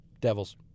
Devils